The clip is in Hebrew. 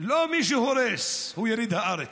לא מי שהורס הוא יליד הארץ.